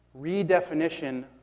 redefinition